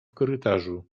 korytarzu